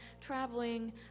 traveling